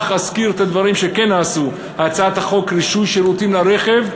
אך אזכיר את הדברים שכן נעשו: הצעת חוק רישוי שירותים לרכב,